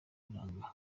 uburanga